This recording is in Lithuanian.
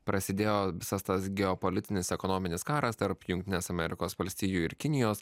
prasidėjo visas tas geopolitinis ekonominis karas tarp jungtinės amerikos valstijų ir kinijos